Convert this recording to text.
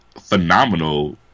phenomenal